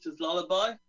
lullaby